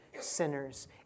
sinners